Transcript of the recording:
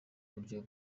buryo